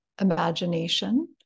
imagination